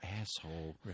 asshole